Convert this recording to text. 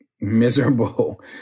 miserable